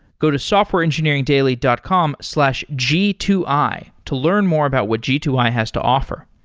go to softwareengineeringdaily dot com slash g two i to learn more about what g two i has to offer.